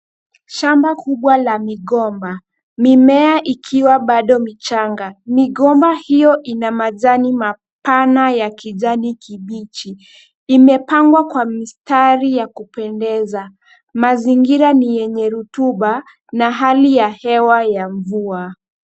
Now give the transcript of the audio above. Shamba kubwa la migomba. Mimea ikiwa bado michanga. Mimea hiyo ina majani mapana ya kijani kibichi. Imepandwa kwa mistari ya kupendeza. Mazingira ni yenye rotuba na hali ya hewa ya mvua.